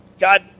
God